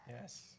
Yes